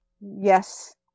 yes